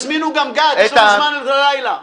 תזמינו גם גת, יש לנו זמן עד הלילה.